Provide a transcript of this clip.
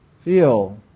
feel